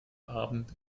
abend